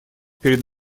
перед